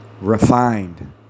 refined